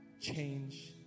change